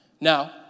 Now